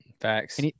Facts